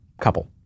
couple